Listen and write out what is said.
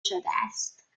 شدهاست